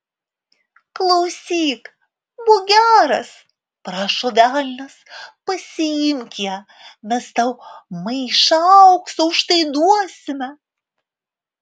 klausyk būk geras prašo velnias pasiimk ją mes tau maišą aukso už tai duosime